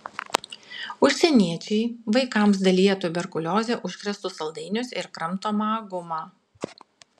užsieniečiai vaikams dalija tuberkulioze užkrėstus saldainius ir kramtomą gumą